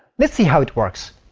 let's see how it works.